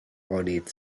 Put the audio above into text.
bodied